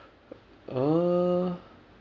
uh